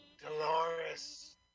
Dolores